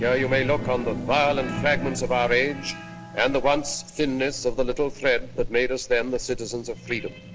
yeah you may look on the and and fragments of our age and the once thinness of the little thread that made us then the citizens of freedom.